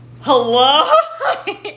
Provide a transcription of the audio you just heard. hello